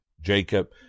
Jacob